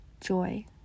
joy